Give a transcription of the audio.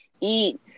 eat